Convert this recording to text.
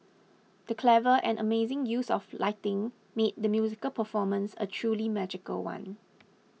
the clever and amazing use of lighting made the musical performance a truly magical one